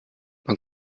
man